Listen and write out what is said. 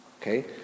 Okay